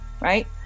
right